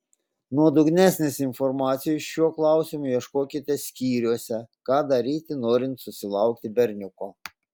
nuodugnesnės informacijos šiuo klausimu ieškokite skyriuose ką daryti norint susilaukti berniuko